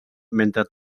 mentre